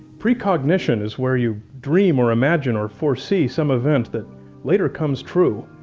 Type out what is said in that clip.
precognition is where you dream or imagine or foresee some event that later comes true,